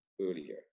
earlier